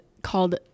Called